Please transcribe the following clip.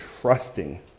trusting